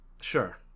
Sure